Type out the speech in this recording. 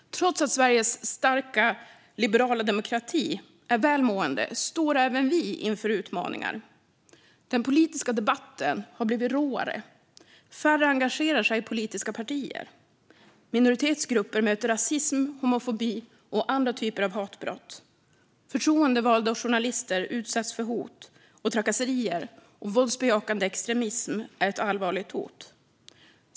Trots att Sveriges starka liberala demokrati är välmående står även vi inför utmaningar. Den politiska debatten har blivit råare, och färre engagerar sig i politiska partier. Minoritetsgrupper möter rasism, homofobi och andra typer av hatbrott. Förtroendevalda och journalister utsätts för hot och trakasserier, och våldsbejakande extremism är ett allvarligt hot.